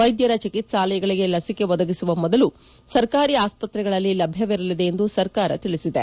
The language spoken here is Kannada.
ವೈದ್ಯರ ಚಿಕಿತ್ಸಾಲಯಗಳಿಗೆ ಲಸಿಕೆ ಒದಗಿಸುವ ಮೊದಲು ಆ ಸರ್ಕಾರಿ ಆಸ್ಪತ್ರೆಗಳಲ್ಲಿ ಲಭ್ಯವಿರಲಿದೆ ಎಂದು ಸರ್ಕಾರ ತಿಳಿಸಿದೆ